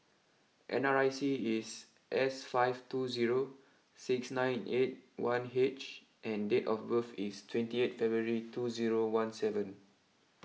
N R I C is S five two zero six nine eight one H and date of birth is twenty eight February two zero one seven